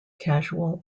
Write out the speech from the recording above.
casual